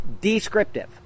descriptive